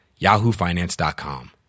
yahoofinance.com